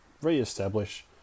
re-establish